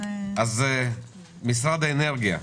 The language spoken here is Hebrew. משרד האנרגיה,